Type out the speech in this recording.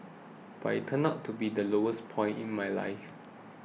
but it turned out to be the lowest point in my life